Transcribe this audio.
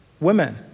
women